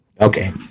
okay